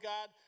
God